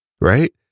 right